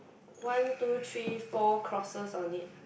one two three four crosses on it